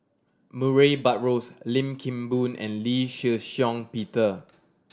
Murray Buttrose Lim Kim Boon and Lee Shih Shiong Peter